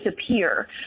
disappear